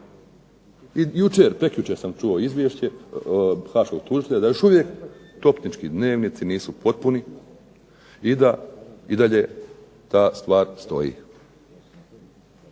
I jučer, prekjučer sam čuo izvješće haškog tužitelja da još uvijek topnički dnevnici nisu potpuni i da i dalje ta stvar stoji.